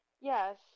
Yes